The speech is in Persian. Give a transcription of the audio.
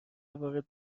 وارد